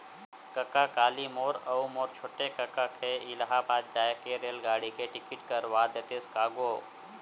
कका काली मोर अऊ मोर छोटे कका के इलाहाबाद जाय के रेलगाड़ी के टिकट करवा देतेस का गो